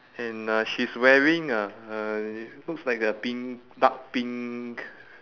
and uh she's wearing uh looks like a pink dark pink